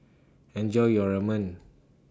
Enjoy your Ramen